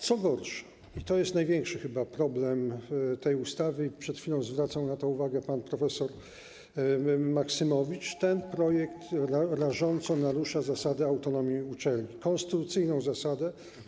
Co gorsze, i to jest największy chyba problem tej ustawy, przed chwilą zwracał na to uwagę pan prof. Maksymowicz, ten projekt rażąco narusza zasadę autonomii uczelni, konstytucyjną zasadę.